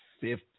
fifth